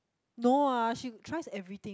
no ah she tries everything